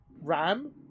Ram